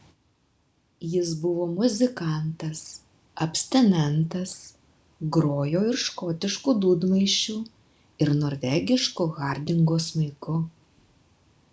jis buvo muzikantas abstinentas grojo ir škotišku dūdmaišiu ir norvegišku hardingo smuiku